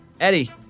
Eddie